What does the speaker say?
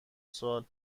سال